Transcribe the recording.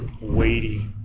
weighty